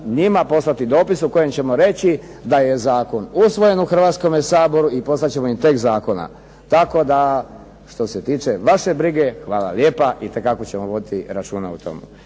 njima poslati dopis u kojem ćemo reći da je zakon usvojen u Hrvatskom saboru i poslat ćemo im tekst zakona, tako da što se tiče vaše brige hvala lijepa, itekako ćemo voditi računa o tome.